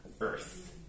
earth